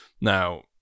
Now